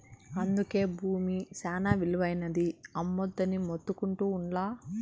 అందుకే బూమి శానా ఇలువైనది, అమ్మొద్దని మొత్తుకుంటా ఉండ్లా